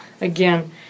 Again